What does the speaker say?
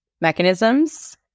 mechanisms